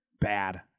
bad